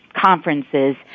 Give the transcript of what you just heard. conferences